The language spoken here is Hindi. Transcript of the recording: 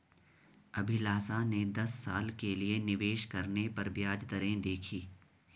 अभिलाषा ने दस साल के लिए निवेश करने पर ब्याज दरें देखी